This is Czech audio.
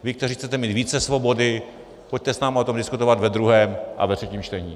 Vy, kteří chcete mít více svobody, pojďte s námi o tom diskutovat ve druhém a ve třetím čtení.